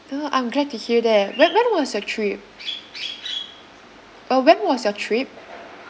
orh I'm glad to hear that whe~ when was your trip uh when was your trip